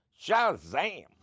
Shazam